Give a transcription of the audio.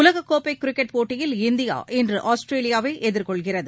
உலகக்கோப்பைகிரிக்கெட் போட்டியில் இந்தியா இன்று ஆஸ்திரேலியாவைஎதிர்கொள்கிறது